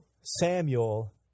Samuel